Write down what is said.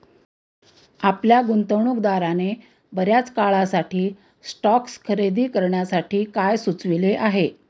आपल्या गुंतवणूकदाराने बर्याच काळासाठी स्टॉक्स खरेदी करण्यासाठी काय सुचविले आहे?